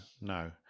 no